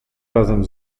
razem